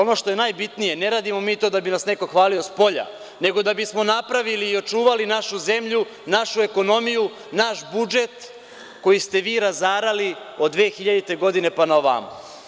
Ono što je najbitnije, ne radimo mi to da bi nas neko hvalio spolja, nego da bismo napravili i očuvali našu zemlju, našu ekonomiju, naš budžet, koji ste vi razarali od 2000. godine, pa na ovamo.